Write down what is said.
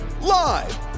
live